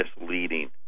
misleading